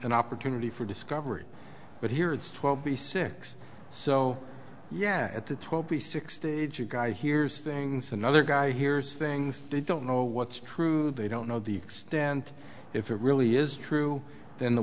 an opportunity for discovery but here it's twenty six so yeah at the twenty six the guy hears things another guy hears things they don't know what's true they don't know the extent if it really is true then the